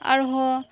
ᱟᱨ ᱦᱚᱸ